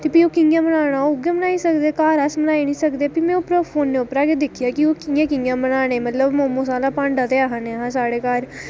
ते ओह् कियां बनाना उऐ बनाई सकदे अस घर ओह् बनाई निं सकदे हे ते ओह् भी में फोनै परा गै दिक्खेआ की ओह् कियां बनाने मोमोज़ आह्ला भांडा ते निं ऐहा साढ़े घर